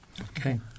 Okay